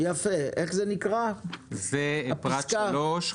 אתה מצביע על פרט 3,